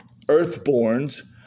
earthborns